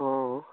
অঁ